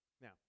Now